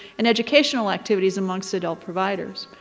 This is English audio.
and educational activities amongst adult providers.